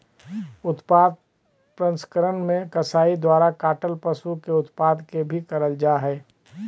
उत्पाद प्रसंस्करण मे कसाई द्वारा काटल पशु के उत्पाद के भी करल जा हई